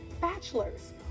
bachelors